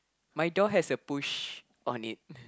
my door has a push on it